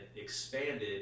expanded